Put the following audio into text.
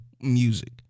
music